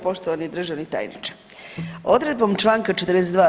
Poštovani državni tajniče, odredbom članka 42.